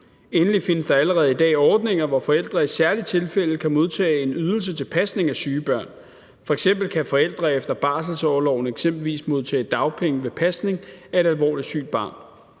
Endelig findes der allerede i dag ordninger, hvor forældre i særlige tilfælde kan modtage en ydelse til pasning af syge børn. F.eks. kan forældre efter barselsorloven modtage dagpenge ved pasning af et alvorligt sygt barn.